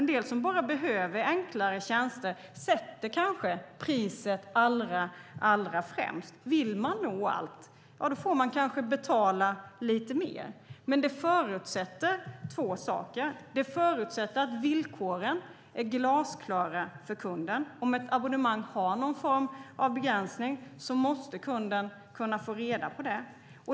En del som bara behöver enklare tjänster sätter kanske priset allra främst. Vill man nå allt får man kanske betala lite mer. Men det förutsätter två saker. Det ena är att villkoren är glasklara för kunden. Om ett abonnemang har någon form av begränsning måste kunden kunna få reda på det.